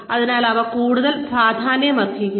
അതിനാൽ ഇവ കൂടുതൽ പ്രാധാന്യമർഹിക്കുന്നു